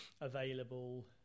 available